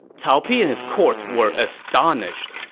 cao pi and his court were astonished,